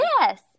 Yes